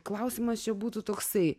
klausimas čia būtų toksai